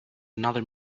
another